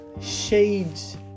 shades